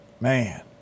Man